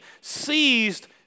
seized